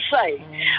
say